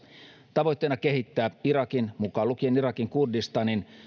tavoitteena kehittää irakin mukaan lukien irakin kurdistanin